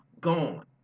Gone